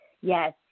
Yes